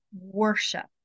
worship